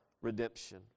redemption